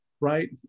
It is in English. Right